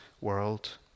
world